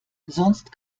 sonst